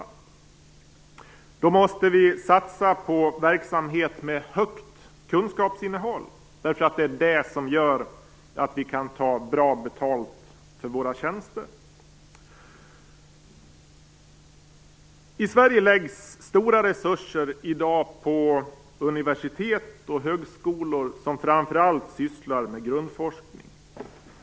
Då måste vi satsa på verksamhet med högt kunskapsinnehåll, därför att det är det som gör att vi kan ta bra betalt för våra tjänster. I Sverige läggs i dag stora resurser på universitet och högskolor som framför allt sysslar med grundforskning.